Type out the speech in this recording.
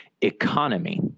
economy